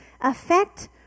affect